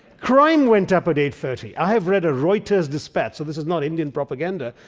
crime went up at eight thirty. i have read a reuters dispatch so this is not indian propaganda,